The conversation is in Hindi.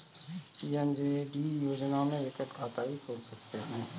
पी.एम.जे.डी योजना में एकल खाता ही खोल सकते है